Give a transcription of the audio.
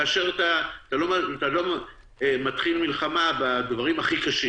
אתה לא מתחיל מלחמה בדברים הכי קשים.